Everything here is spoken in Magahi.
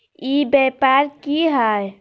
ई व्यापार की हाय?